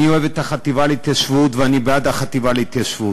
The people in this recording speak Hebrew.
אני אוהב את החטיבה להתיישבות ואני בעד החטיבה להתיישבות,